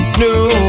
new